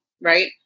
right